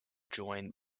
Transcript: join